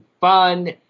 fun